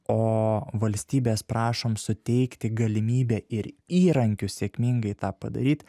o valstybės prašom suteikti galimybę ir įrankius sėkmingai tą padaryt